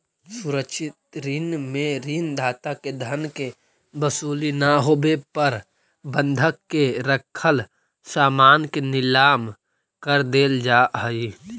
सुरक्षित ऋण में ऋण दाता के धन के वसूली ना होवे पर बंधक के रखल सामान के नीलाम कर देल जा हइ